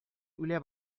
үлә